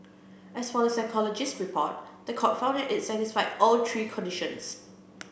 as for the psychologist's report the court found that it satisfied all three conditions